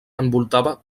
envoltava